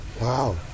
wow